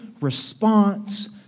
response